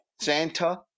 Santa